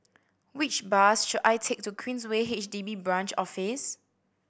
which bus should I take to Queensway H D B Branch Office